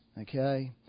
okay